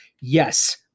Yes